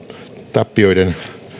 tappioiden